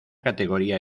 categoría